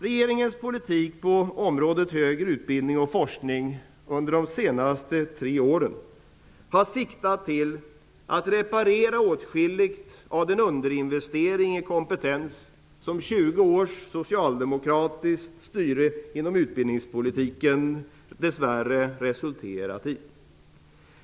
Regeringens politik på området högre utbildning och forskning under de senaste tre åren har syftat till att reparera åtskilligt av den underinvestering i kompetens som 20 års socialdemokratiskt styre inom utbildningspolitiken dess värre har resulterat i.